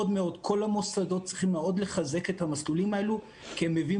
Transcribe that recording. כל המוסדות צריכים מאוד לחזק את המסלולים האלה כי הם מביאים